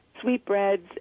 sweetbreads